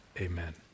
amen